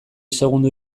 segundo